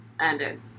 ended